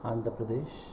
Andhra Pradesh